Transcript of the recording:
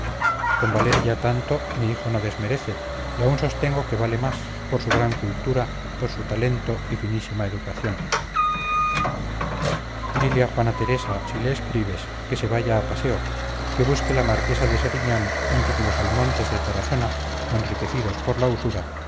con valer ella tanto mi hijo no desmerece y aun sostengo que vale más por su gran cultura por su talento y finísima educación dile a juana teresa si le escribes que se vaya a paseo que busque la marquesa de sariñán entre los almontes de tarazona enriquecidos por la usura